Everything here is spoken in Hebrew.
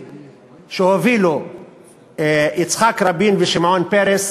שהובילו יצחק רבין ושמעון פרס,